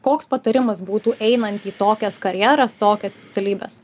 koks patarimas būtų einant į tokias karjeras tokias specialybes